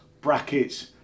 brackets